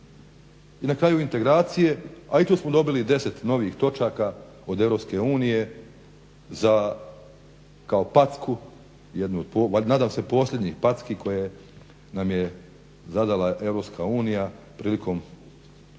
I na kraju integracije, a i tu smo dobili 10 novih točaka od Europske unije kao packu, jednu od nadam se posljednjih packi koje nam je zadala Europska